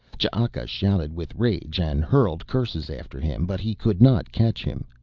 ch'aka shouted with rage and hurled curses after him, but he could not catch him.